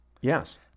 Yes